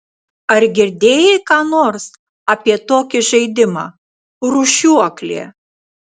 ar girdėjai ką nors apie tokį žaidimą rūšiuoklė